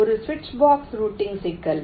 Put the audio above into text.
இது சுவிட்ச் box routing சிக்கல்